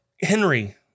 Henry